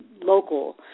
local